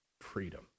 freedom